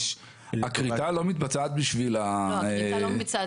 לטובת --- הכריתה לא מתבצעת בשביל התעשייה.